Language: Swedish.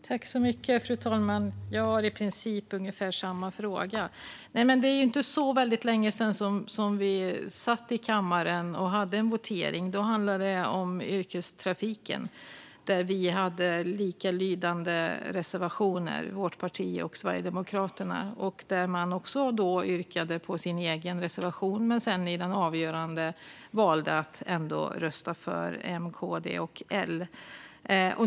Fru talman! Jag har ungefär samma fråga. Det är inte så väldigt länge sedan vi satt i kammaren och hade en votering. Då handlade det om yrkestrafiken, och Socialdemokraterna och Sverigedemokraterna hade likalydande reservationer. Även då yrkade Sverigedemokraterna bifall till sin egen reservation, men i den avgörande voteringen valde man ändå att rösta för M, KD och L.